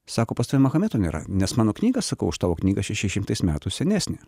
sako pas tave mahometo nėra nes mano knyga sakau už tavo knygą šeši šimtai metų senesnė